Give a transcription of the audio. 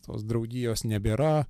tos draugijos nebėra